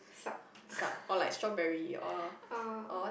suck uh